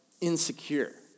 insecure